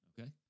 Okay